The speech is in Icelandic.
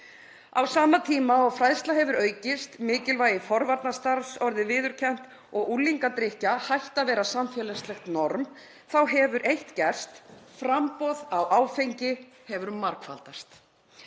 Á sama tíma og fræðsla hefur aukist, mikilvægi forvarnastarfs orðið viðurkennt og unglingadrykkja hætt að vera samfélagslegt norm hefur eitt gerst: Framboð á áfengi hefur margfaldast.